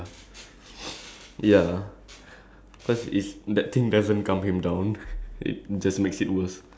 that will it will be like the funniest thing to see lah his face turn from like like he be~ he became like more angry and angrier lah